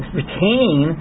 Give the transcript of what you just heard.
retain